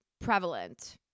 prevalent